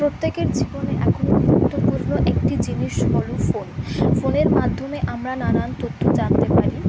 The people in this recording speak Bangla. প্রত্যেকের জীবনে এখন গুরুত্বপূর্ণ একটি জিনিস হল ফোন ফোনের মাধ্যমে আমরা নানান তথ্য জানতে পারি